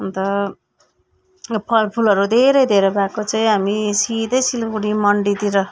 अन्त फलफुलहरू धेरै धेरै भएको चाहिँ हामी सिधै सिलगढी मन्डीतिर